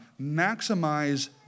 maximize